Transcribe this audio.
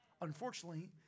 Unfortunately